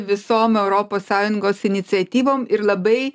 visom europos sąjungos iniciatyvom ir labai